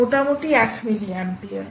মোটামুটি 1 মিলি অ্যাম্পিয়ার